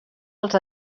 els